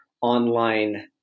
online